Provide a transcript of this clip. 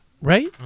right